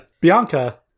bianca